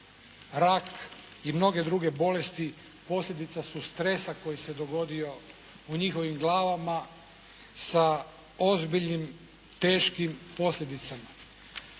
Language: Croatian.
rak i mnoge druge bolesti posljedica su stresa koji se dogodio u njihovim glavama sa ozbiljnim, teškim posljedicama.